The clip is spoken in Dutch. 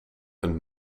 een